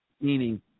Meaning